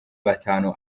batanu